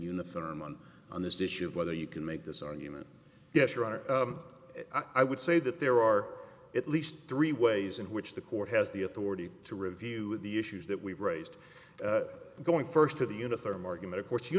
firm and on this issue of whether you can make this argument yes your honor i would say that there are at least three ways in which the court has the authority to review the issues that we've raised going first to the uniform argument of course you